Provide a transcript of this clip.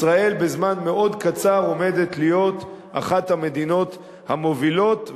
ישראל בזמן מאוד קצר עומדת להיות אחת המדינות המובילות.